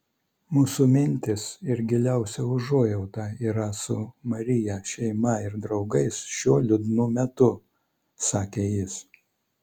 mūsų mintys ir giliausia užuojauta yra su maryje šeima ir draugais šiuo liūdnu metu sakė jis